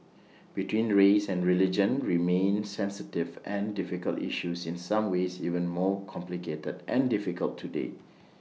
between race and religion remain sensitive and difficult issues in some ways even more complicated and difficult today